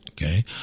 Okay